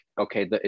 okay